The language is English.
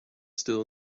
still